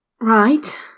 right